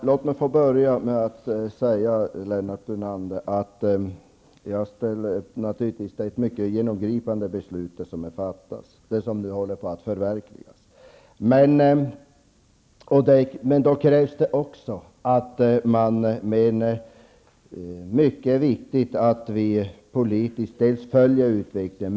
Herr talman! Låt mig börja med att säga till Lennart Brunander att det beslut som har fattats och som nu håller på att förverkligas är mycket genomgripande. Det krävs att vi politiskt följer utvecklingen.